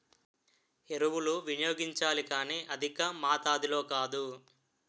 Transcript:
ఎరువులు వినియోగించాలి కానీ అధికమాతాధిలో కాదు